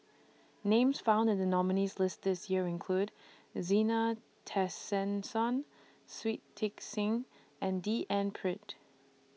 Names found in The nominees' list This Year include Zena Tessensohn Shui Tit Sing and D N Pritt